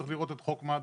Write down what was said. צריך לראות את חוק מד"א,